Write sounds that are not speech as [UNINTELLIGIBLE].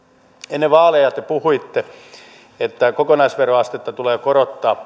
ennen vaaleja te puhuitte että kokonaisveroastetta tulee korottaa [UNINTELLIGIBLE]